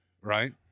right